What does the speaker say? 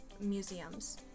museums